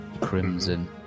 crimson